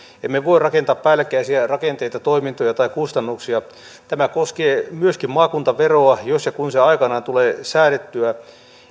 emme voi rakentaa päällekkäisiä rakenteita toimintoja tai kustannuksia tämä koskee myöskin maakuntaveroa jos ja kun se aikanaan tulee säädettyä